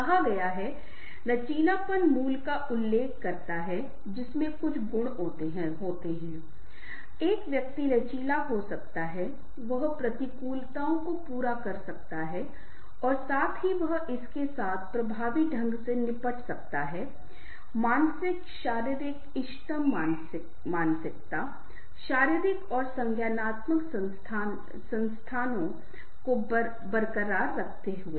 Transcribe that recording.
कहा गया है कि लचीलापन मूल का उल्लेख करता है जिसमें कुछ गुण होते हैं एक व्यक्ति लचीला हो सकता है वह प्रतिकूलताओं को पूरा कर सकता है और साथ ही वह इसके साथ प्रभावी ढंग से निपट सकता है मानसिक शारीरिक इष्टतम मानसिक शारीरिक और संज्ञानात्मक संसाधनों को बरकरार रखते हुए